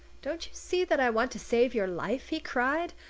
don't you see that i want to save your life? he cried.